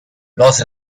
los